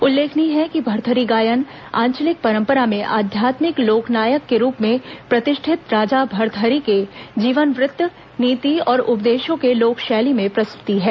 उल्लेखनीय है कि भरथरी गायन आंचलिक परम्परा में आध्यात्मिक लोकनायक के रूप में प्रतिष्ठित राजा भर्तहरि के जीवन वृत्त नीति और उपदेशों की लोक शैली में प्रस्तुति है